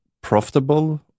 profitable